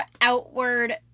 outward